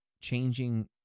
changing